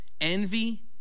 envy